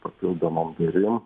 papildomom durim